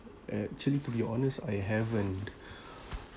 actually to be honest I haven't